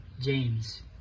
James